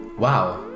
Wow